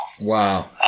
Wow